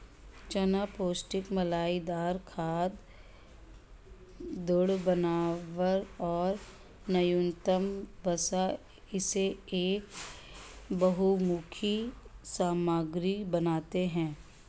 चना पौष्टिक मलाईदार स्वाद, दृढ़ बनावट और न्यूनतम वसा इसे एक बहुमुखी सामग्री बनाते है